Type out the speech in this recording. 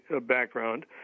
background